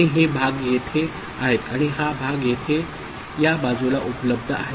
आणि हे भाग येथे आहेत आणि हा भाग येथे या बाजूला उपलब्ध आहे